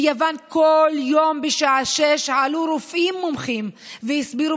ביוון כל יום בשעה 18:00 עלו רופאים מומחים והסבירו